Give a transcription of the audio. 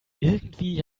irgendwie